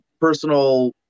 personal